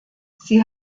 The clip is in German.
sie